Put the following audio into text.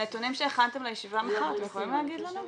נתונים שהכנתם לישיבה מחר, אתם יכולים להגיד לנו.